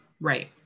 right